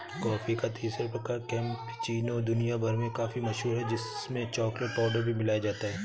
coffee का तीसरा प्रकार कैपेचीनो दुनिया भर में काफी मशहूर है जिसमें चॉकलेट पाउडर भी मिलाया जाता है